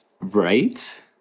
Right